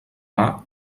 mar